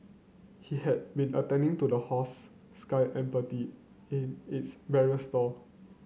he had been attending to the horse Sky Empathy in its barrier stall